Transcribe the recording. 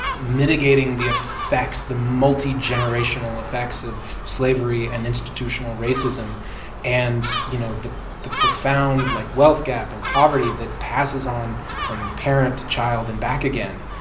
mitigating the effects the multigenerational effects of slavery, and institutional racism and, you know, the the profound, like, wealth gap and poverty that passes on from parent to child and back again.